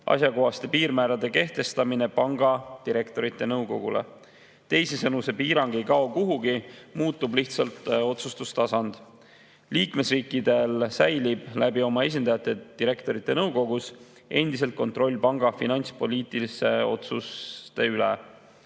asjakohaste piirmäärade kehtestamine panga direktorite nõukogule. Teisisõnu, see piirang ei kao kuhugi, muutub lihtsalt otsustustasand. Liikmesriikidel säilib oma esindajate kaudu direktorite nõukogus endiselt kontroll panga finantspoliitiliste otsuste üle.